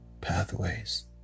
pathways